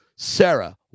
Sarah